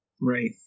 Right